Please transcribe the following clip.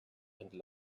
and